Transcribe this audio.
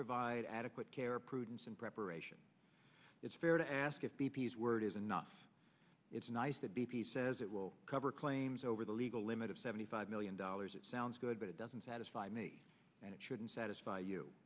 provide adequate care prudence and preparation it's fair to ask if b p s word is enough it's nice that b p says it will cover claims over the legal limit of seventy five million dollars it sounds good but it doesn't satisfy me and it shouldn't satisfy you